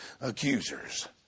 accusers